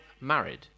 married